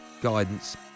Guidance